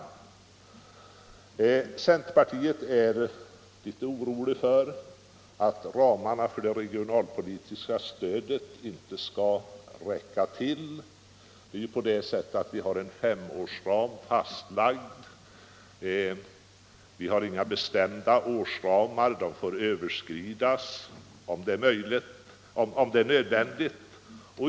Inom centerpartiet är man litet orolig för att ramarna för det regionalpolitiska stödet skall vara för snäva. Vi har ju en femårsram fastlagd. Vi har inga bestämda årsramar, utan beloppen får överskridas om det blir nödvändigt.